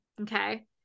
Okay